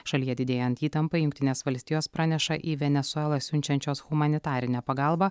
šalyje didėjant įtampai jungtinės valstijos praneša į venesuelą siunčiančios humanitarinę pagalbą